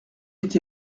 été